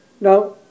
Now